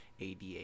ADA